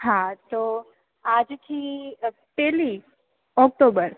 હા તો આજથી પહેલી ઓક્ટોબર